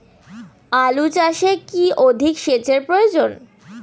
আলু চাষে কি অধিক সেচের প্রয়োজন?